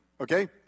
okay